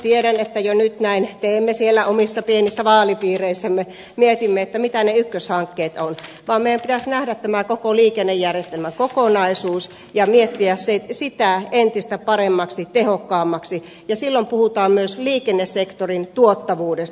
tiedän että jo nyt teemme näin siellä omissa pienissä vaalipiireissämme mietimme mitä ne ykköshankkeet ovat mutta meidän pitäisi nähdä tämä koko liikennejärjestelmäkokonaisuus ja miettiä sitä entistä paremmaksi tehokkaammaksi ja silloin puhutaan myös liikennesektorin tuottavuudesta